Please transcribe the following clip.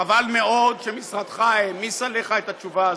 חבל מאוד שמשרדך העמיס עליך את התשובה הזאת.